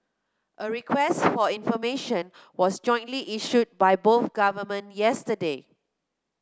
a request for information was jointly issued by both government yesterday